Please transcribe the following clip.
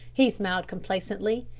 he smiled complacently.